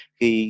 Khi